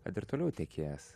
kad ir toliau tekės